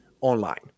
online